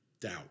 doubt